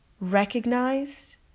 recognize